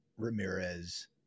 Ramirez